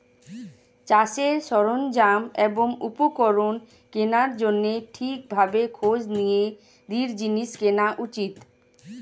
চাষের সরঞ্জাম এবং উপকরণ কেনার জন্যে ঠিক ভাবে খোঁজ নিয়ে দৃঢ় জিনিস কেনা উচিত